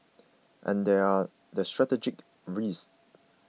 and there are the strategic risks